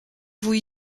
vous